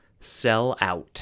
SELLOUT